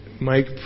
Mike